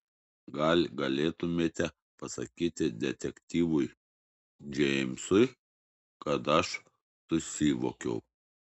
gal galėtumėte pasakyti detektyvui džeimsui kad aš susivokiau